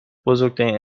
بزرگترین